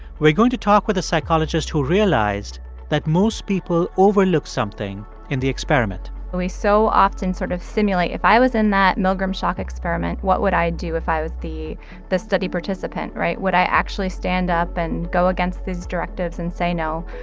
we're going to talk with a psychologist who realized that most people overlook something in the experiment we so often sort of simulate if i was in that milgram shock experiment, what would i do if i was the the study participant, right would i actually stand up and go against these directives and say no?